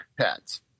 pets